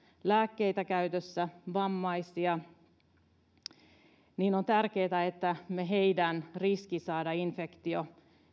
lääkkeitä käytössä vammaisia ja on tärkeätä että me minimoimme edelleenkin heidän riskinsä saada infektio